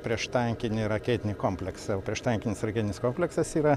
prieštankinį raketinį kompleksą prieštankinis raketinis kompleksas yra